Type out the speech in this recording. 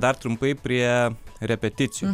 dar trumpai prie repeticijų